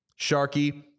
sharky